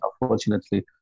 Unfortunately